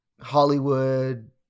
Hollywood